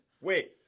Wait